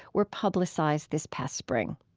were publicized this past spring.